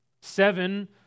Seven